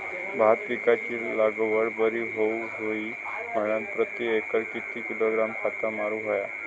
भात पिकाची लागवड बरी होऊक होई म्हणान प्रति एकर किती किलोग्रॅम खत मारुक होया?